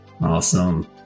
Awesome